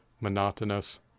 monotonous